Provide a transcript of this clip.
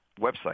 website